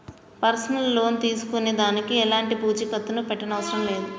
personal loan తీసుకునే దానికి ఎలాంటి పూచీకత్తుని పెట్టనవసరం లేదు